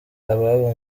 ababo